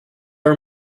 are